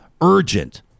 urgent